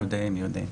מיודעים.